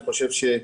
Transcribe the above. בים וביבשה.